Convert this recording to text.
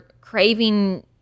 craving